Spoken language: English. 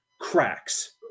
cracks